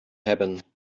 hebben